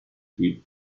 steve